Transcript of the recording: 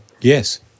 Yes